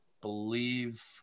believe